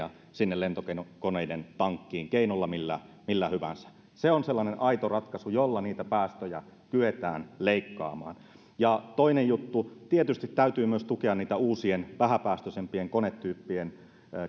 lentokoneiden tankkiin keinolla millä millä hyvänsä se on sellainen aito ratkaisu jolla niitä päästöjä kyetään leikkaamaan ja toinen juttu tietysti täytyy tukea myös uusien vähäpäästöisempien konetyyppien